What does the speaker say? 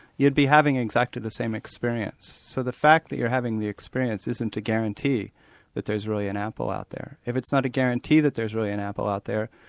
you'd be having exactly the same experience'. so the fact that you're having the experience isn't a guarantee that there's really an apple out there. if it's not a guarantee that there's really an apple out there,